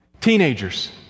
teenagers